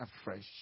afresh